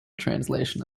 translation